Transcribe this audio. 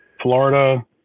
Florida